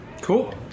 Cool